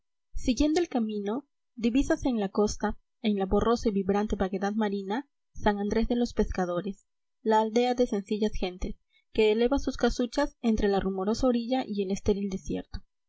siguiendo el camino divisase en la costa en la borrosa y vibrante vaguedad marina san andrés de los pescadores la aldea de sencillas gentes que eleva sus easuchas entre la rumorosa orilla y el estéril desierto